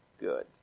good